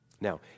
Now